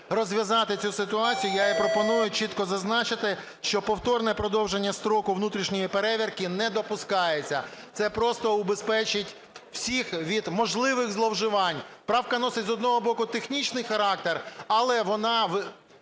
розв'язати цю ситуацію, я і пропоную чітко зазначити, що повторне продовження строку внутрішньої перевірки не допускається. Це просто убезпечить усіх від можливих зловживань. Правка носить, з одного боку, технічний характер, але вона